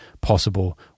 possible